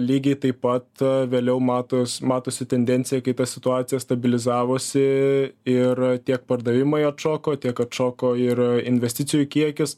lygiai taip pat vėliau matos matosi tendencija kai ta situacija stabilizavosi ir tiek pardavimai atšoko tiek atšoko ir investicijų kiekis